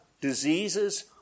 diseases